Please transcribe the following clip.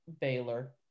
Baylor